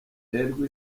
nterwa